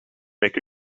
make